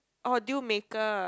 orh deal maker